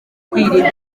kwirinda